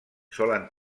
solen